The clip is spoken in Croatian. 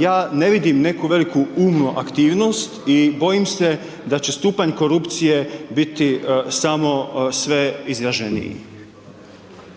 Ja ne vidim neku veliku umnu aktivnost i bojim se da će stupanj korupcije biti samo sve izraženiji.